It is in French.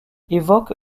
évoque